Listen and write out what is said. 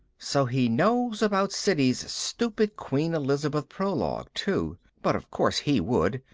so he knows about siddy's stupid queen elizabeth prologue too. but of course he would.